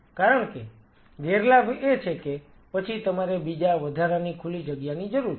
કારણ કે ગેરફાયદો એ છે કે પછી તમારે બીજી વધારાની ખુલ્લી જગ્યાની જરૂર છે